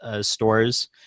stores